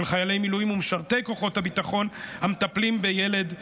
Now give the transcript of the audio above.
חיילי מילואים ומשרתי כוחות הביטחון המטפלים בילד צעיר.